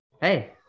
Hey